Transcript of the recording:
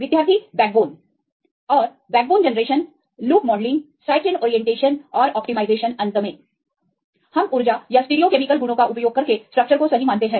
विद्यार्थी बैकबोन और backbone generation loop modelling side chain orientation और ऑप्टिमाइजेशन अंत में हम ऊर्जा या स्टिरियोकेमिकल गुणों का उपयोग करके स्ट्रक्चर को सही मानते हैं